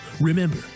Remember